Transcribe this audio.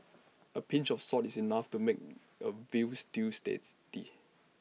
A pinch of salt is enough to make A veal stew's tasty